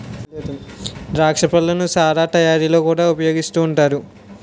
ద్రాక్ష పళ్ళను సారా తయారీలో కూడా ఉపయోగిస్తూ ఉంటారు